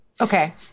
Okay